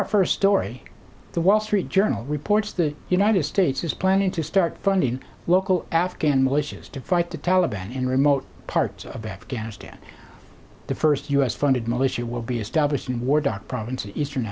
our first story the wall street journal reports the united states is planning to start funding local afghan militias to fight the taliban in remote parts of afghanistan the first u s funded militia will be established in war doc province of eastern